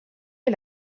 est